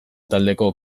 taldeko